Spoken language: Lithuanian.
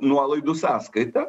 nuolaidų sąskaita